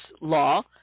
law